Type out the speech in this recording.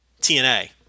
TNA